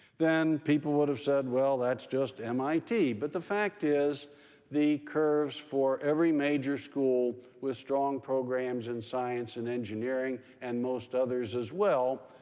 then people would have said, well, that's just mit. but the fact is the curves for every major school with strong programs in science and engineering, and most others as well,